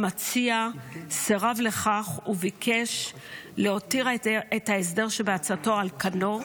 המציע סירב לכך וביקש להותיר את ההסדר שבהצעתו על כנו,